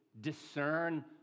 discern